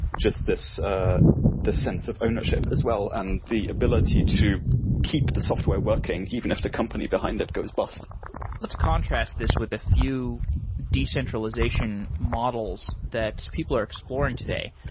just ah the sense of ownership as well and the ability to keep the software working, even if the company behind it goes bust let's contrast this with a few decentralization models that people are exploring today.